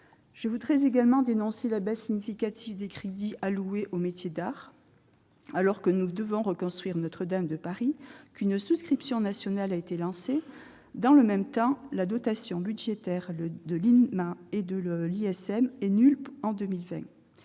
Je voudrais également dénoncer la baisse significative des crédits alloués aux métiers d'art. Alors que nous devons reconstruire Notre-Dame de Paris et qu'une souscription nationale a été lancée, la dotation budgétaire de l'Institut national